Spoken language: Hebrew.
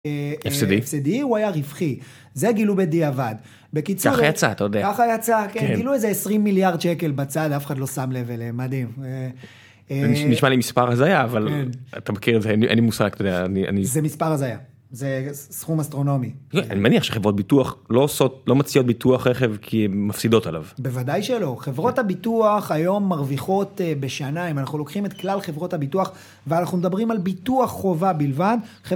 דותן סתום כבר